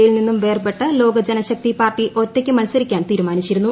യിൽ നിന്നും വേർപെട്ട് ലോകജനശക്തി പാർട്ടി ഒറ്റയ്ക്ക് മത്സരിക്കാൻ തീരുമാനിച്ചിരുന്നു